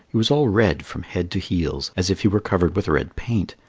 he was all red from head to heels, as if he were covered with red paint,